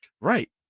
Right